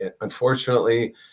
unfortunately